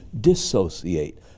dissociate